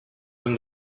him